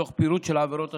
תוך פירוט של העבירות השונות.